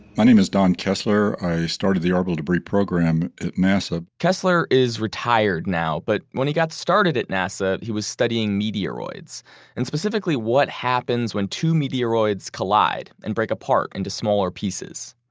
my name is don kessler. i started the orbital debris program at nasa kessler is retired now, but when he got started at nasa, he was studying meteoroids and specifically what happens when two meteoroids collide and break apart into smaller pieces.